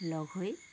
লগ হৈ